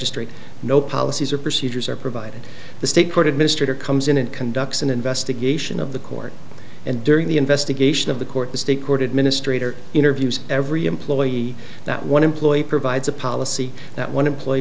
gistrate no policies or procedures are provided the state court administrator comes in and conducts an investigation of the court and during the investigation of the court the state court administrator interviews every employee that one employee provides a policy that one employee